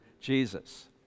Jesus